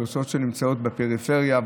אוכלוסיות שנמצאות בפריפריה,